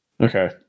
Okay